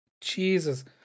Jesus